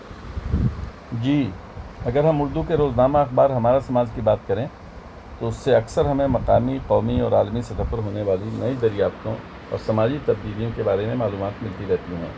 جی اگر ہم اردو کے روزنامہ اخبار ہمارا سماج کی بات کریں تو اس سے اکثر ہمیں مقامی قومی اور عالمی سطح پر ہونے والی نئی دریافتوں اور سماجی تبدیلییوں کے بارے میں معلومات ملتی رہتی ہیں